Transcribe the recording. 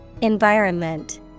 Environment